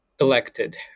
elected